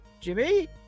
Jimmy